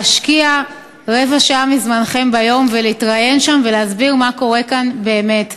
להשקיע רבע שעה מזמנכם ביום ולהתראיין שם ולהסביר מה קורה כאן באמת.